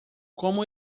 como